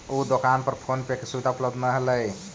उ दोकान पर फोन पे के सुविधा उपलब्ध न हलई